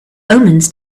omens